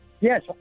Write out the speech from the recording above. Yes